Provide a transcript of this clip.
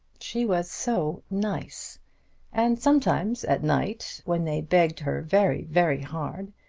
she was so nice and sometimes, at night, when they begged her very, very hard,